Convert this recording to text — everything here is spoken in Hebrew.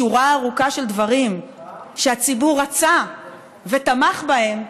שורה ארוכה של דברים שהציבור רצה ותמך בהם,